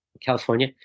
California